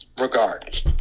regard